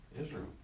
Israel